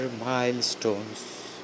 milestones